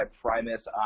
Primus